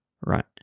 right